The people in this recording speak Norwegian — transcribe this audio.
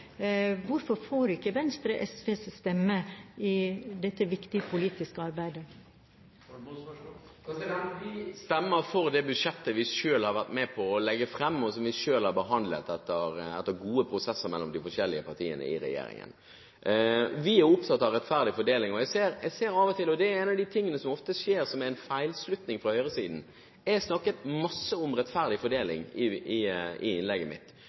Hvorfor får ikke Venstre SVs stemme i dette viktige politiske arbeidet? Vi stemmer for det budsjettet vi selv har vært med på å legge fram, og som vi selv har behandlet, etter gode prosesser mellom de forskjellige partiene i regjeringen. Vi er opptatt av rettferdig fordeling. Jeg ser av og til, eller det skjer ofte, det som er en feilslutning fra høyresiden: Jeg snakket masse om rettferdig fordeling i innlegget mitt,